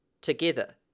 together